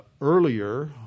earlier